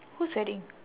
whose wedding